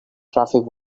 traffic